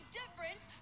difference